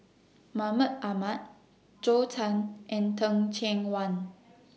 Mahmud Ahmad Zhou Can and Teh Cheang Wan